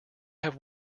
have